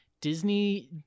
Disney